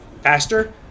faster